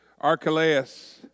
Archelaus